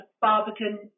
Barbican